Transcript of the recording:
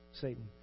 Satan